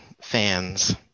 fans